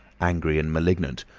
angry, and malignant,